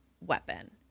weapon